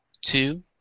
two